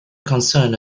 concerned